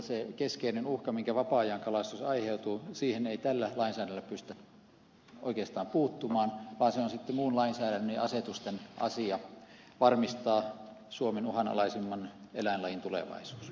siihen keskeiseen uhkaan minkä vapaa ajankalastus aiheuttaa ei tällä lainsäädännöllä pystytä oikeastaan puuttumaan vaan on sitten muun lainsäädännön ja asetusten asia varmistaa suomen uhanalaisimman eläinlajin tulevaisuus